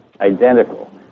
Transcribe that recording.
identical